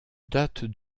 date